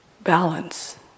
balance